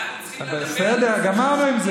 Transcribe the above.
אנחנו צריכים לדבר,